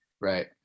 Right